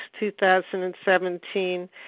2017